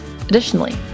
Additionally